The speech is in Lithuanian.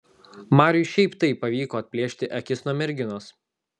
mariui šiaip taip pavyko atplėšti akis nuo merginos